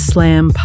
Slam